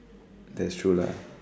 that's true lah